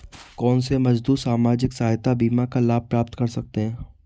कौनसे मजदूर सामाजिक सहायता बीमा का लाभ प्राप्त कर सकते हैं?